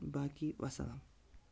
باقٕے وَسَلام